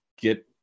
get